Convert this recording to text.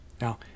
Now